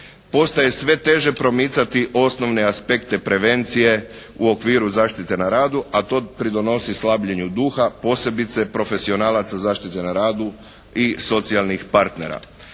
postaje sve teže promicati osnovne aspekte prevencije u okviru zaštite na radu, a to pridonosi slabljenju duha posebice profesionalaca zaštite na radu i socijalnih partnera.